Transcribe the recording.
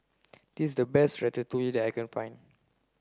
this is the best Ratatouille that I can find